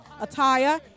attire